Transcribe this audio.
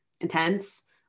intense